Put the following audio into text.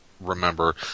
remember